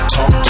Talk